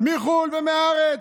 מחו"ל ומהארץ,